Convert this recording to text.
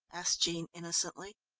asked jean innocently.